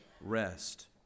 rest